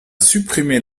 supprimer